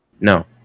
No